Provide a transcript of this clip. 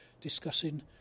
discussing